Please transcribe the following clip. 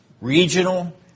regional